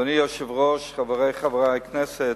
אדוני היושב-ראש, חברי חברי הכנסת,